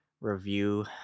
review